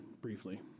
briefly